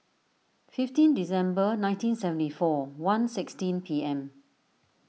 fifteen December nineteen seventy four one seventy P M